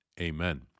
amen